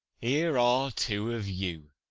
here are two of you,